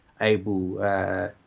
able